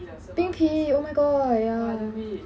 冰皮 oh my god ya